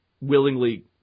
willingly